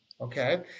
Okay